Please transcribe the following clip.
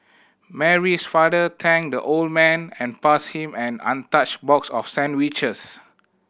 Mary's father thanked the old man and passed him an untouched box of sandwiches